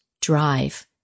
drive